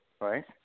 right